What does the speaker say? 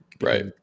Right